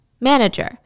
manager